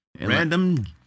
Random